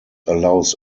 allows